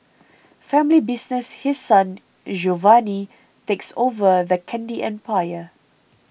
family business His Son Giovanni takes over the candy empire